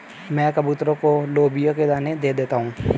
मैं कबूतरों को लोबिया के दाने दे देता हूं